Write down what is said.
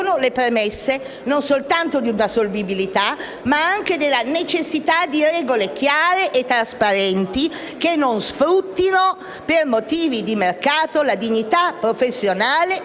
pongono le premesse non soltanto di una solvibilità, ma anche della necessità di regole chiare e trasparenti che non sfruttino per motivi di mercato la dignità professionale né la dignità